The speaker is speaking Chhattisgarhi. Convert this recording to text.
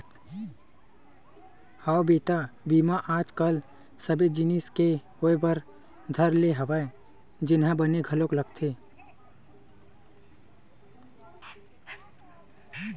हव बेटा बीमा आज कल सबे जिनिस के होय बर धर ले हवय जेनहा बने घलोक हवय